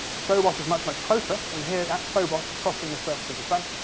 phobos is much, much closer, and here that's phobos crossing the surface of the sun,